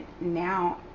now